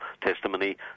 testimony